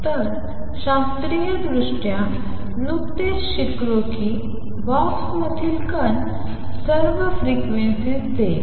तर शास्त्रीयदृष्ट्या नुकतेच शिकले की बॉक्समधील कण सर्व फ्रिक्वेन्सीज देईल